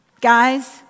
Guys